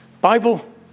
bible